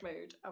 mood